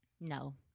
No